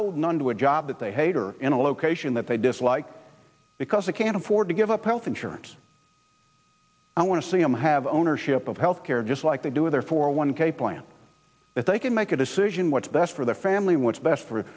holding onto a job that they hate or in a location that they dislike because they can't afford to give up health insurance i want to see them have ownership of health care just like they do with their four one k plan that they can make a decision what's best for their family what's best for